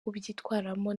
kubyitwaramo